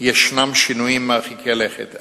יש שינויים מרחיקי לכת.